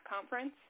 Conference